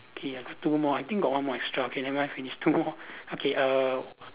okay got two more I think got one more extra okay never mind finish two more okay err